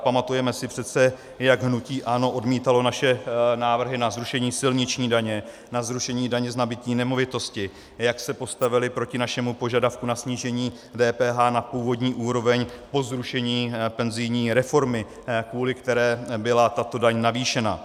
Pamatujeme si přece, jak hnutí ANO odmítalo naše návrhy na zrušení silniční daně, na zrušení daně z nabytí nemovitosti a jak se postavili proti našemu požadavku na snížení DPH na původní úroveň po zrušení penzijní reformy, kvůli které byla tato daň navýšena.